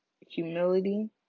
humility